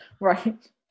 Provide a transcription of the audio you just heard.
right